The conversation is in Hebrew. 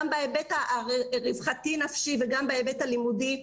גם בהיבט הנפשי וגם בהיבט הלימודי,